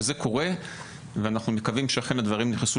זה קורה ואנחנו מקווים שאכן הדברים נכנסו